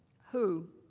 who?